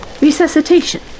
Resuscitation